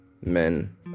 men